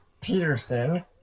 Peterson